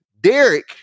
Derek